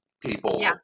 people